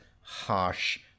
harsh